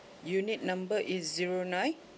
unit number is zero nine